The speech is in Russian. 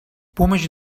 помощь